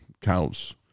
cows